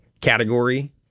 category